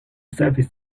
serving